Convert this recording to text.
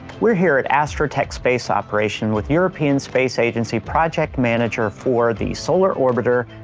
we're here at astrotech space operation with european space agency project manager for the solar orbiter,